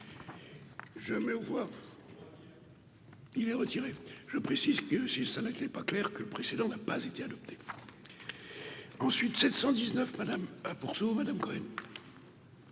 Je me vois. Il est retiré, je précise que si ça n'allait pas clair que le précédent n'a pas été adopté ensuite 719 madame, a poursuivi Madame Cohen.